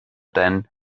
than